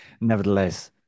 nevertheless